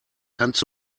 kannst